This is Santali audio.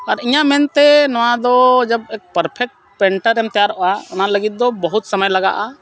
ᱟᱨ ᱤᱧᱟᱹᱜ ᱢᱮᱱᱛᱮ ᱱᱚᱣᱟ ᱫᱚ ᱡᱚᱵ ᱯᱟᱨᱯᱷᱮᱠᱴ ᱯᱮᱱᱴᱟᱨ ᱮᱢ ᱛᱮᱭᱟᱨᱚᱜᱼᱟ ᱚᱱᱟ ᱞᱟᱹᱜᱤᱫ ᱫᱚ ᱵᱚᱦᱩᱛ ᱥᱚᱢᱚᱭ ᱞᱟᱜᱟᱜᱼᱟ